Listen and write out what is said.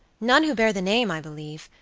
none who bear the name, i believe.